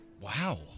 Wow